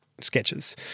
sketches